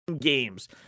games